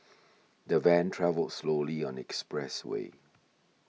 the van travelled slowly on the expressway